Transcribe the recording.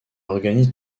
organise